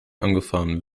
angefahren